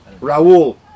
Raul